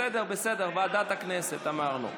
בסדר, בסדר, ועדת הכנסת, אמרנו.